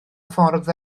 ffordd